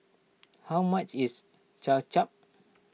how much is Kway Chap